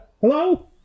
hello